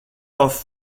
off